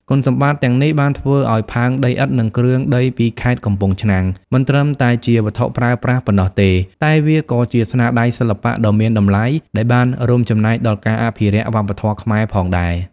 គុណសម្បត្តិទាំងនេះបានធ្វើឱ្យផើងដីឥដ្ឋ និងគ្រឿងដីពីខេត្តកំពង់ឆ្នាំងមិនត្រឹមតែជាវត្ថុប្រើប្រាស់ប៉ុណ្ណោះទេ តែវាក៏ជាស្នាដៃសិល្បៈដ៏មានតម្លៃដែលបានរួមចំណែកដល់ការអភិរក្សវប្បធម៌ខ្មែរផងដែរ។